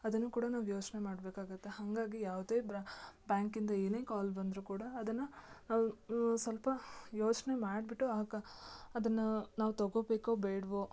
ಅದನ್ನು ಕೂಡ ನಾವು ಯೋಚನೆ ಮಾಡಬೇಕಾಗತ್ತೆ ಹಾಗಾಗಿ ಯಾವುದೆ ಬ್ರ ಬ್ಯಾಂಕಿಂದ ಏನೇ ಕಾಲ್ ಬಂದರು ಕೂಡ ಅದನ್ನು ಸ್ವಲ್ಪ ಯೋಚನೆ ಮಾಡಿಬಿಟ್ಟು ಆಗ ಅದನ್ನ ನಾವು ತಗೊಬೇಕೊ ಬೇಡ್ವೊ